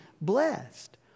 blessed